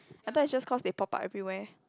I thought it's just cause they pop up everywhere